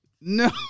No